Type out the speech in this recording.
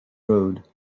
road